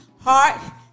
heart